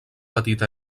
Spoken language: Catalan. petit